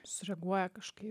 sureaguoja kažkaip